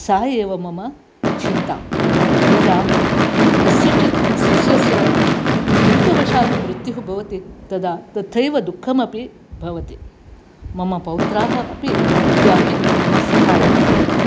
सह एव मम चिन्ता यदा कस्यचित् सस्यस्य कीटवशात् मृत्युः भवति तदा तथैव दुःखमपि भवति मम पौत्राः अपि उद्याने मम सहायं कुर्वन्ति